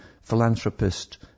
philanthropist